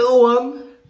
one